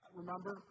remember